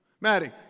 Maddie